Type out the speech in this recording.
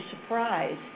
surprised